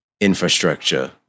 infrastructure